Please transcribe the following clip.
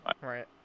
Right